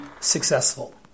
successful